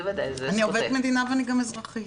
אני עובדת מדינה ואני גם אזרחית.